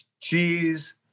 cheese